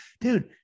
dude